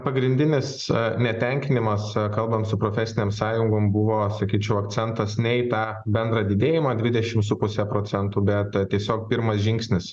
pagrindinis netenkinimas kalbant su profesinėm sąjungom buvo sakyčiau akcentas ne į tą bendrą didėjimą dvidešim su puse procentų bet tiesiog pirmas žingsnis